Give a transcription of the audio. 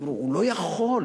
הוא לא יכול.